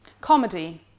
comedy